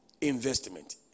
investment